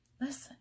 Listen